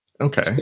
Okay